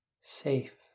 safe